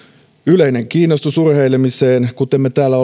yleinen kiinnostus urheilemiseen kuten me täällä